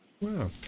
Wow